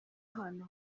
ahantu